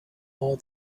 all